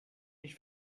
mich